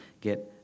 get